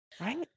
right